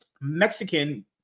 Mexican